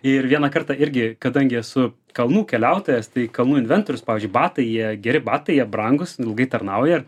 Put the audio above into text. ir vieną kartą irgi kadangi esu kalnų keliautojas tai kalnų inventorius pavyzdžiui batai jie geri batai jie brangūs ilgai tarnauja